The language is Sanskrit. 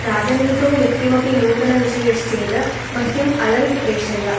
राजनीतौ यत्किमपि नूतनविषयश्चेत् मह्यम् अलर्ट् प्रेषय